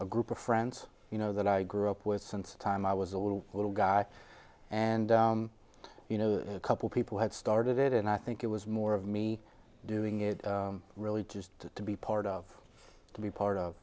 a group of friends you know that i grew up with since time i was a little little guy and you know a couple people had started it and i think it was more of me doing it really just to be part of to be part of